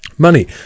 Money